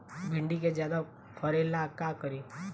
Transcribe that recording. भिंडी के ज्यादा फरेला का करी?